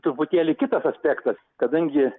truputėlį kitas aspektas kadangi